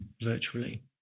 virtually